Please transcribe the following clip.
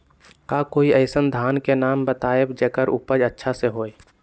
का कोई अइसन धान के नाम बताएब जेकर उपज अच्छा से होय?